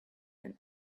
and